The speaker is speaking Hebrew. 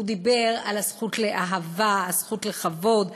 הוא דיבר על הזכות לאהבה, הזכות לכבוד,